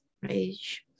Rage